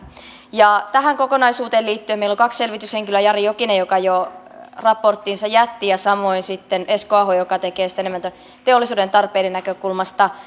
tähän kokonaisuuteen liittyen meillä on kaksi selvityshenkilöä jari jokinen joka jo raporttinsa jätti ja samoin sitten esko aho joka tekee enemmän teollisuuden tarpeiden näkökulmasta